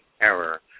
error